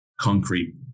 concrete